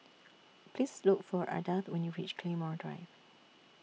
Please Look For Ardath when YOU REACH Claymore Drive